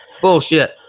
bullshit